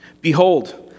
Behold